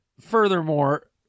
furthermore